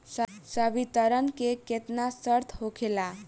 संवितरण के केतना शर्त होखेला?